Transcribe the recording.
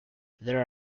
there